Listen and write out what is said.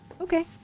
Okay